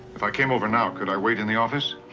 if i came over now, could i wait in the office?